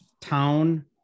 town